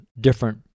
different